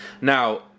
Now